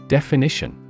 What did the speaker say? Definition